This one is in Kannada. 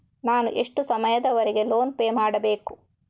ನಾನು ಎಷ್ಟು ಸಮಯದವರೆಗೆ ಲೋನ್ ಪೇ ಮಾಡಬೇಕು?